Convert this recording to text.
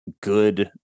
good